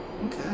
Okay